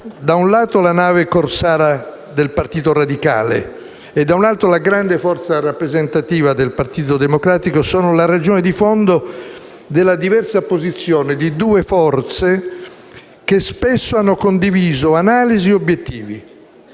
da un lato la nave corsara del Partito Radicale, e dall'altro la grande forza rappresentativa del Partito Democratico, sono la ragione di fondo della diversa posizione di due forze che spesso hanno condiviso analisi e obiettivi,